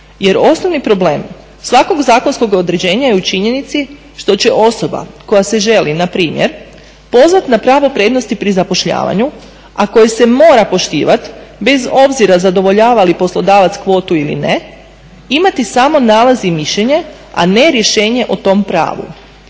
jer osnovni problem svakog zakonskog određenja je u činjenici što će osoba koja se želi na primjer pozvati na pravo prednosti pri zapošljavanju a koje se mora poštivati bez obzira zadovoljava li poslodavac kvotu ili ne imati samo nalaz i mišljenje, a ne rješenje o tom pravu.